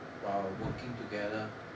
while working together